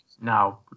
Now